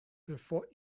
before